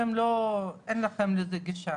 אין לכם לזה גישה.